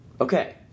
Okay